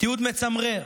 תיעוד מצמרר